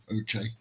Okay